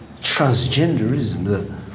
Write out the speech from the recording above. transgenderism